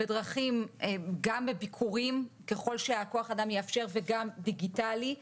גם בביקורים ככל שכוח האדם יאפשר וגם דיגיטלי.